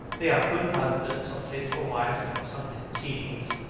they are good husbands, or faithful wives, or something tedious.